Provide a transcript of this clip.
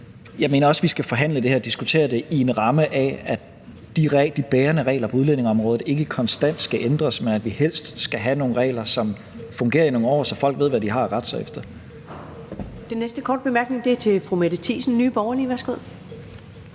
jeg mener også, at vi skal forhandle og diskutere det her i en ramme af, at de bærende regler på udlændingeområdet ikke konstant skal ændres, men at vi helst skal have nogle regler, som fungerer i nogle år, så folk ved, hvad de har at rette sig efter. Kl. 13:19 Første næstformand (Karen Ellemann): Den næste korte bemærkning er til fru Mette Thiesen, Nye Borgerlige. Værsgo.